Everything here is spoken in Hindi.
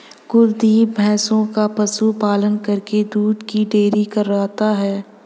कुलदीप भैंसों का पशु पालन करके दूध की डेयरी करता है